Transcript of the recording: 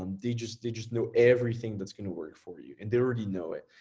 um they just they just know everything that's gonna work for you and they already know it.